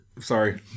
Sorry